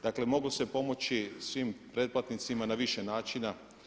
Dakle moglo se pomoći svim pretplatnicima na više načina.